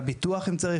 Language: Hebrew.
ביטוח אם צריך.